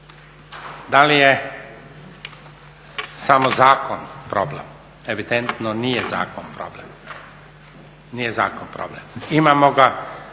da li je samo zakon problem. Evidentno nije zakon problem, nije zakon problem. Imamo ga